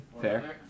Fair